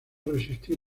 resistir